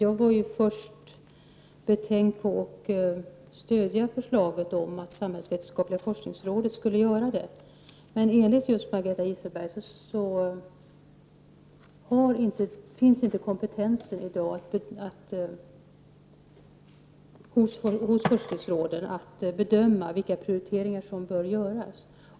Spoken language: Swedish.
Jag var först betänkt på att stödja förslaget om att samhällsvetenskapliga forskningsrådet skulle sköta saken, men enligt Margareta Gisselberg finns inte kompetensen i dag hos forskningsrådet att bedöma vilka prioriteringar som bör göras.